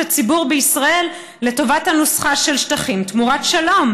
הציבור בישראל לטובת הנוסחה של שטחים תמורת שלום,